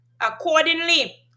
accordingly